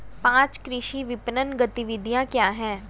पाँच कृषि विपणन गतिविधियाँ क्या हैं?